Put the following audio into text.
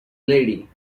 lady